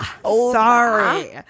sorry